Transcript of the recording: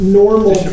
normal